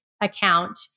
account